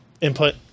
input